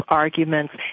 Arguments